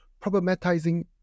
Problematizing